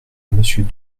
monsieur